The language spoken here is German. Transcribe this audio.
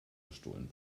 gestohlen